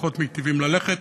פחות מיטיבים ללכת